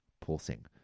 pulsing